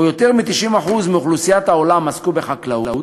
שבו יותר מ-90% מאוכלוסיית העולם עסקו בחקלאות,